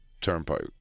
Turnpike